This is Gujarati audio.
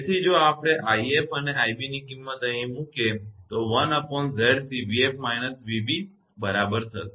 તેથી જો આપણે 𝑖𝑓 અને 𝑖𝑏 ની કિંમત અહીં મૂકીએ તો તે 1𝑍𝑐𝑣𝑓−𝑣𝑏 બરાબર થશે